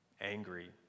angry